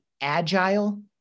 Agile